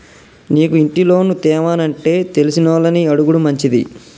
నీకు ఇంటి లోను తేవానంటే తెలిసినోళ్లని అడుగుడు మంచిది